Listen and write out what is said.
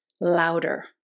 louder